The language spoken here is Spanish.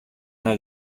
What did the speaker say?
una